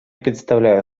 предоставляю